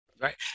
Right